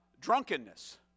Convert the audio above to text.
drunkenness